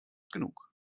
genug